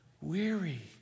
weary